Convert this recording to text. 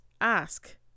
Ask